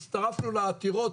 הצטרפנו לעתירות,